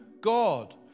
God